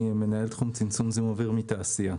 מנהל תחום צמצום זיהום אוויר מתעשייה.